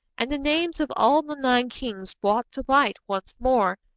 and the names of all the nine kings brought to light once more.